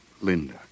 Linda